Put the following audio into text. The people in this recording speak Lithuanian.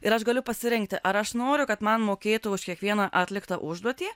ir aš galiu pasirinkti ar aš noriu kad man mokėtų už kiekvieną atliktą užduotį